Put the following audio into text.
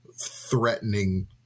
Threatening